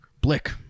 blick